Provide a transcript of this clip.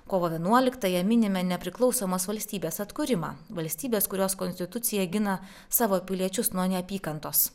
kovo vienuoliktąją minime nepriklausomos valstybės atkūrimą valstybės kurios konstitucija gina savo piliečius nuo neapykantos